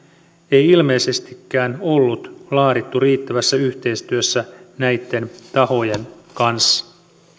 ei ilmeisestikään ollut laadittu riittävässä yhteistyössä näitten tahojen kanssa